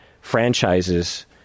franchises